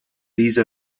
these